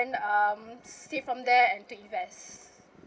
and um save from there and to invest